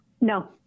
No